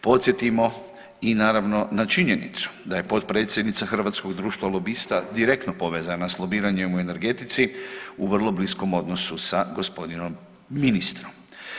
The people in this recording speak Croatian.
Podsjetimo i naravno na činjenicu da je potpredsjednica Hrvatskog društva lobista direktno povezana s lobiranjem u energetici u vrlo bliskom odnosu sa gospodinom ministru.